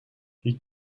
هیچ